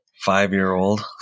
Five-year-old